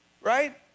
right